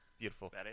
beautiful